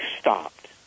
stopped